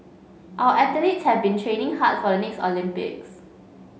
our athletes have been training hard for the next Olympics